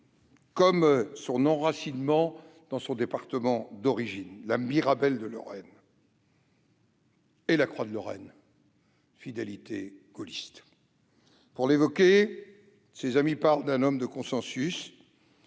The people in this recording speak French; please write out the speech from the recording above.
comme son enracinement dans son département d'origine, la mirabelle de Lorraine et la croix de Lorraine, fidélité gaulliste oblige. Pour l'évoquer, ses amis parlent d'un homme de consensus,